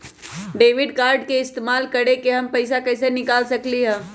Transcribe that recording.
Debit card के इस्तेमाल करके हम पैईसा कईसे निकाल सकलि ह?